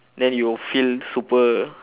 then you'll feel super